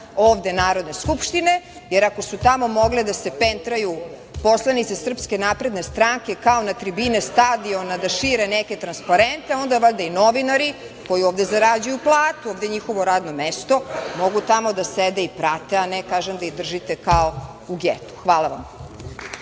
ovde Narodne skupštine, jer ako su tamo mogle da se pentraju poslanice SNS, kao na tribine stadiona, da šire neke transparente onda valjda i novinari koji ovde zarađuju platu, ovo je njihovo radno mesto mogu tamo da sede i prate, a ne, kažem da ih držite kao u getu. Hvala vam